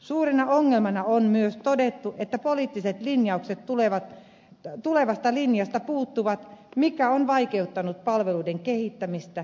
suurena ongelmana on myös todettu että poliittiset linjaukset tulevasta linjasta puuttuvat mikä on vaikeuttanut palveluiden kehittämistä